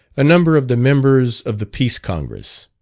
a number of the members of the peace congress.